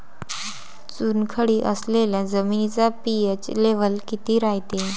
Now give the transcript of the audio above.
चुनखडी असलेल्या जमिनीचा पी.एच लेव्हल किती रायते?